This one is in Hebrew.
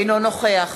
אינו נוכח